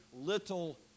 little